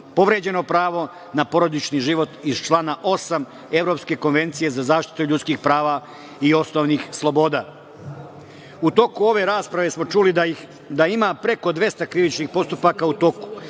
povređeno pravo na porodično život i člana 8. Evropske konvencije za zaštitu ljudskih prava i osnovnih sloboda.U toku ove rasprave smo čuli da ima preko 200 krivičnih postupaka u toku,